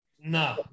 No